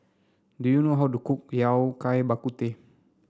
do you know how to cook Yao Cai Bak Kut Teh